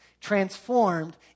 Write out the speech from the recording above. transformed